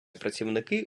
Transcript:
працівники